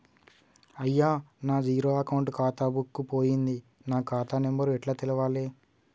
అయ్యా నా zero account ఖాతా బుక్కు పోయింది నా ఖాతా నెంబరు ఎట్ల తెలవాలే?